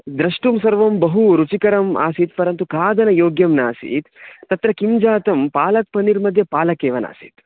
द्रष्टुं सर्वं बहु रुचिकरम् आसीत् परन्तु खादनयोग्यं नासीत् तत्र किं जातं पालक् पन्नीर् मध्ये पालक् एव नासीत्